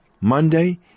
Monday